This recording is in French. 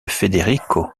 federico